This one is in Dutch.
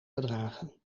gedragen